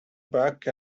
back